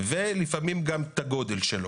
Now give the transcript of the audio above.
ולפעמים גם את הגודל שלו.